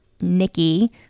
Nikki